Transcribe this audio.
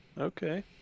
Okay